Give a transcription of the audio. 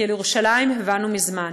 כי על ירושלים הבנו מזמן: